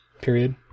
Period